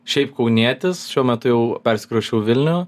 šiaip kaunietis šiuo metu jau persikrausčiau į vilnių